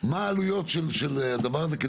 מה העלויות של הדבר הזה.